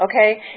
okay